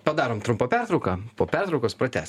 padarom trumpą pertrauką po pertraukos pratęs